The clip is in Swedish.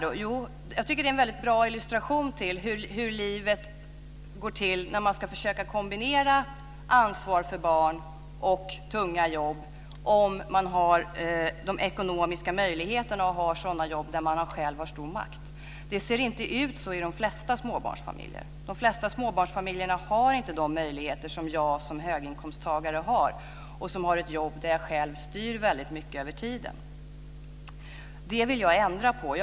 Jag tycker att det är en väldigt bra illustration till hur det kan gå till när man ska försöka kombinera ansvar för barn och tunga jobb om man har de ekonomiska möjligheterna och har jobb där man själv har stor makt. Det ser inte ut så här i de flesta småbarnsfamiljer. De flesta småbarnsfamiljer har inte de möjligheter som jag som höginkomsttagare har, med ett jobb där jag själv styr väldigt mycket över tiden. Jag vill ändra på dessa förhållanden.